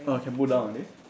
oh can put down already